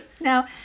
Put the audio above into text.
Now